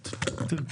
לאתר,